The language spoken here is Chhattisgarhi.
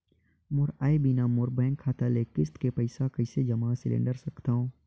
मोर आय बिना मोर बैंक खाता ले किस्त के पईसा कइसे जमा सिलेंडर सकथव?